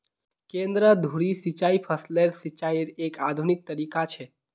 केंद्र धुरी सिंचाई फसलेर सिंचाईयेर एक आधुनिक तरीका छ